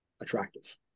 attractive